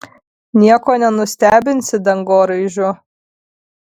nieko nenustebinsi dangoraižiu